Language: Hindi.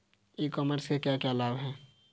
ई कॉमर्स के क्या क्या लाभ हैं?